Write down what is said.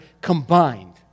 combined